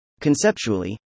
Conceptually